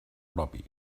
propi